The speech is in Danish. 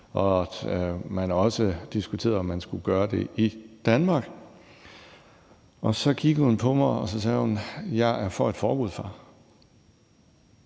og at man også diskuterede, om man skulle gøre det i Danmark. Så kiggede hun på mig, og så sagde hun: Jeg er for et forbud, far.